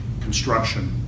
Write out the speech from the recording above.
construction